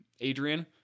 Adrian